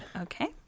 Okay